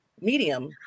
medium